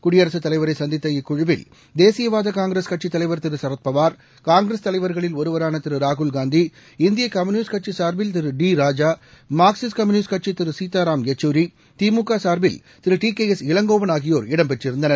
குடியரசுத்தலைவரை சந்தித்த இக்குழுவில் தேசியவாத காங்கிரஸ் கட்சித்தலைவர் திரு சரத்பவார் காங்கிரஸ் தலைவர்களில் ஒருவரான திரு ராகுல்காந்தி இந்திய கம்யூனிஸ்ட கட்சி சார்பில் திரு டி ராஜா மார்க்சிஸ்ட் கம்யூனிஸ்ட் கட்சி திரு சீத்தாராம் யெச்சூரி திமுக சார்பில் திரு டி கே எஸ் இளங்கோவன் ஆகியோர் இடம்பெற்றிருந்தனர்